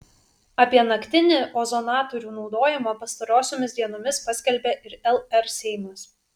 apie naktinį ozonatorių naudojimą pastarosiomis dienomis paskelbė ir lr seimas